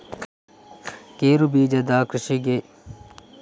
ಗೇರುಬೀಜದ ಕೃಷಿಗೆ ಯಾವ ಮಣ್ಣು ಒಳ್ಳೆಯದು ಮತ್ತು ಮೆಕ್ಕಲು ಮಣ್ಣಿನಿಂದ ಕೃಷಿಗೆ ಉಪಯೋಗ ಆಗುತ್ತದಾ?